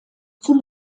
zum